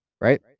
right